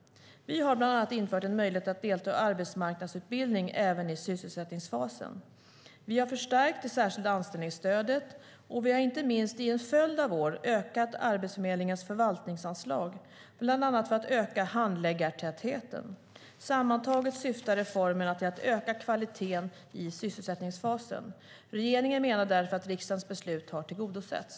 Vi har bland annat infört en möjlighet att delta i arbetsmarknadsutbildning även i sysselsättningsfasen, vi har förstärkt det särskilda anställningsstödet och vi har inte minst i en följd av år ökat Arbetsförmedlingens förvaltningsanslag bland annat för att öka handläggartätheten. Sammantaget syftar reformerna till att öka kvaliteten i sysselsättningsfasen. Regeringen menar därför att riksdagens beslut har tillgodosetts.